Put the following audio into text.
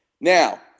Now